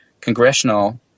congressional